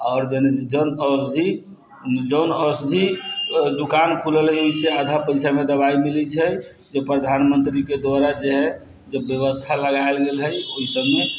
आओर जन औषधि दुकान खुलल हइ अइसे आधा पैसामे दवाइ मिलै छै जे प्रधानमन्त्रीके द्वारा जे हइ जे बेबस्था लगाएल गेल हइ ओहि सबमे